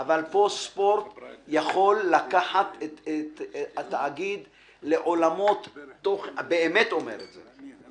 אבל פה ספורט יכול לקחת את התאגיד לעולמות תוכן אני אומר את זה באמת,